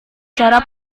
cara